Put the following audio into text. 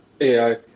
AI